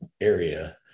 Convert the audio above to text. area